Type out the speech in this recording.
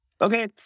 Okay